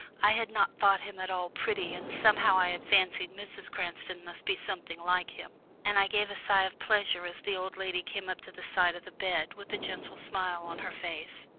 i had not thought him at all pretty, and somehow i had fancied mrs. cranston must be something like him, and i gave a sigh of pleasure as the old lady came up to the side of the bed with a gentle smile on her face.